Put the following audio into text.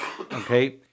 okay